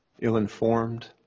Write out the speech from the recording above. ill-informed